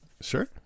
sure